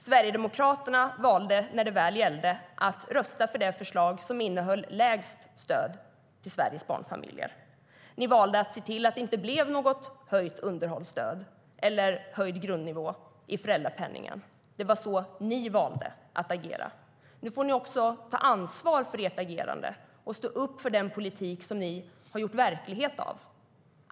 Sverigedemokraterna valde när det väl gällde att rösta på det förslag som innehöll lägst stöd till Sveriges barnfamiljer. Ni valde att se till att det inte blev något höjt underhållsstöd eller höjd grundnivå i föräldrapenningen. Det var så ni valde att agera. Nu får ni ta ansvar för ert agerande och stå upp för den politik som ni har gjort verklighet av.